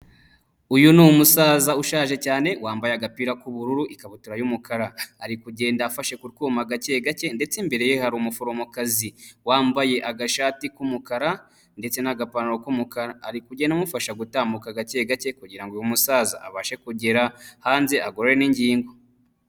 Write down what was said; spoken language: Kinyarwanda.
Uyu ni umusaza ushaje cyane wambaye agapira k'ubururu, ikabutura y'umukara. Ari kugenda afashe k'utwuma gakegake ndetse imbere ye hari umuforomokazi wambaye agashati k'umukara ndetse n'agapantaro k'umukara. Ari kugenda amufasha gutambuka gakegake kugira ngo uyu musaza abashe kugera hanze agorore n'ingingo.